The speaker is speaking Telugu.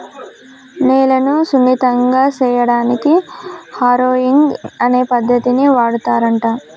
నేలను సున్నితంగా సేయడానికి హారొయింగ్ అనే పద్దతిని వాడుతారంట